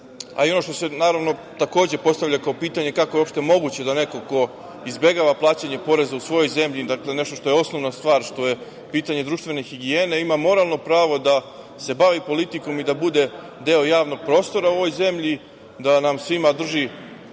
Ono što se takođe postavlja kao pitanje – kako je uopšte moguće da neko ko izbegava plaćanje poreza u svojoj zemlji, nešto što je osnovna stvar, što je pitanje društvene higijene, ima moralno pravo da se bavi politikom i da bude deo javnog prostora u ovoj zemlji, da nam svima drži